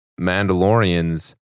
Mandalorians